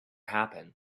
happen